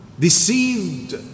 Deceived